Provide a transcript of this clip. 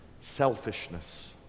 selfishness